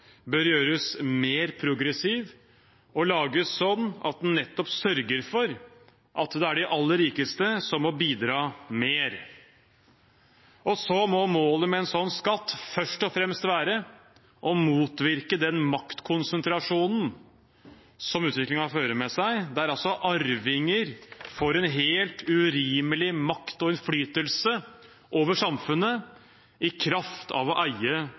bør gjøres mer progressiv og lages slik at den nettopp sørger for at det er de aller rikeste som må bidra mer. Så må målet med en slik skatt først og fremst være å motvirke den maktkonsentrasjonen som utviklingen fører med seg, der arvinger får en helt urimelig makt og innflytelse over samfunnet i kraft av å eie